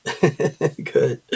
Good